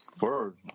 Word